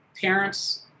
parents